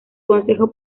consejo